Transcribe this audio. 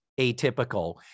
atypical